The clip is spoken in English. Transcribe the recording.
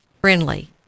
friendly